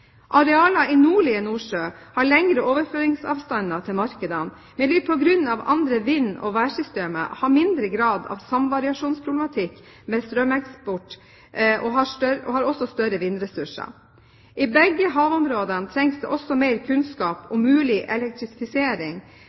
Arealer i nordlige Nordsjø har lengre overføringsavstander til markedene, men vil på grunn av andre vind- og værsystemer ha mindre grad av samvariasjonsproblematikk ved strømeksport og har også større vindressurser. I begge havområdene trengs det også mer kunnskap om mulig elektrifisering